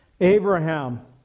Abraham